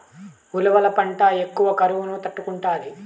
ఉలవల పంట ఎక్కువ కరువును తట్టుకుంటాది